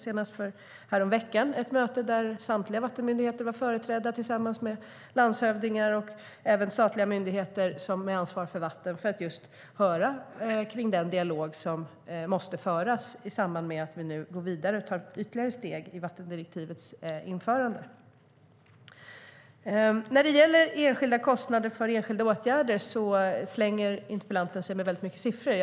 Senast häromveckan hade vi ett möte där samtliga vattenmyndigheter var företrädda tillsammans med landshövdingar och även statliga myndigheter med ansvar för vatten för att höra om den dialog som måste föras i samband med att vi nu går vidare och tar ytterligare steg i vattendirektivets införande. När det gäller enskilda kostnader för enskilda åtgärder slänger sig interpellanten med mycket siffror.